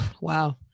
Wow